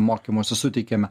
mokymosi suteikiame